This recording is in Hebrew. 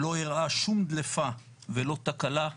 לא אירעה שום דלפה ולא תקלה,